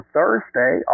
Thursday